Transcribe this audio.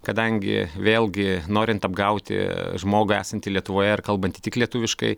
kadangi vėlgi norint apgauti žmogų esantį lietuvoje ir kalbantį tik lietuviškai